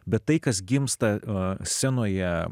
bet tai kas gimsta o scenoje